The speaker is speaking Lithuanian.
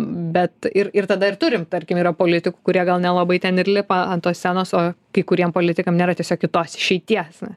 bet ir ir tada ir turim tarkim yra politikų kurie gal nelabai ten ir lipa ant tos scenos o kai kuriem politikam nėra tiesiog kitos išeities na